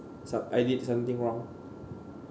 so~ I did something wrong